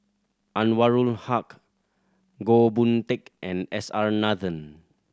Anwarul Haque Goh Boon Teck and S R Nathan